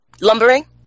Lumbering